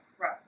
right